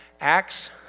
Acts